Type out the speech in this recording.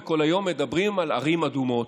וכל היום מדברים על ערים אדומות,